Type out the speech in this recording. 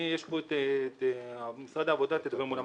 יש פה את נציגי משרד העבודה ותבררו מולם.